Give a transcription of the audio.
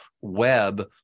web